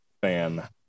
fan